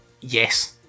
yes